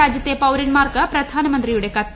രാജ്യത്തെ പൌരന്മാർക്ക്പ്രപ്രധാനമന്ത്രിയുടെ കത്ത്